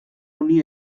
honi